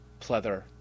pleather